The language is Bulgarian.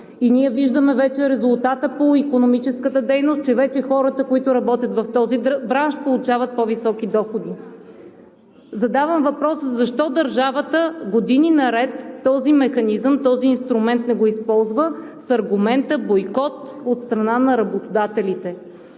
Ние виждаме вече резултата по икономическата дейност, че вече хората, които работят в този бранш, получават по-високи доходи. Задавам въпроса: защо държавата години наред този механизъм, този инструмент не го използва с аргумента – бойкот от страна на работодателите?